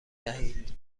دهید